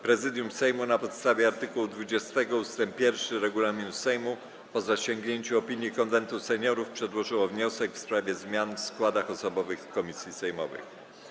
Prezydium Sejmu, na podstawie art. 20 ust. 1 regulaminu Sejmu, po zasięgnięciu opinii Konwentu Seniorów, przedłożyło wniosek w sprawie zmian w składach osobowych komisji sejmowych.